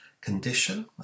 condition